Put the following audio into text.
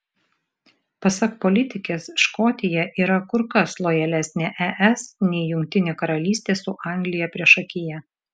pasak politikės škotija yra kur kas lojalesnė es nei jungtinė karalystė su anglija priešakyje